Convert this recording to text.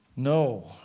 No